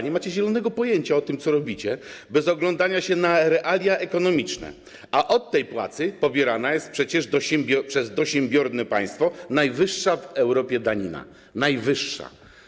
Nie macie zielonego pojęcia o tym, co robicie, bez oglądania się na realia ekonomiczne, a od tej płacy pobierana jest przecież przez dosiębiorne państwo najwyższa w Europie danina - najwyższa.